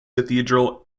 cathedral